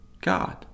God